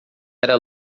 era